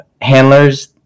handlers